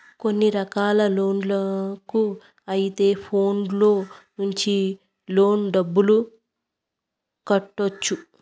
కొన్ని రకాల లోన్లకు అయితే ఫోన్లో నుంచి లోన్ డబ్బులు కట్టొచ్చు